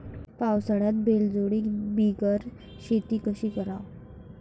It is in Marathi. पावसाळ्यात बैलजोडी बिगर शेती कशी कराव?